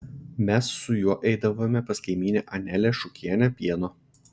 mes su juo eidavome pas kaimynę anelę šukienę pieno